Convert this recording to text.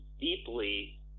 deeply